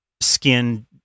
skin